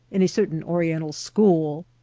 in a certain oriental school.